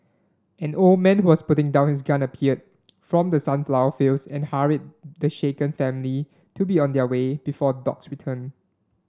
an old man who was putting down his gun appeared from the sunflower fields and hurried the shaken family to be on their way before dogs return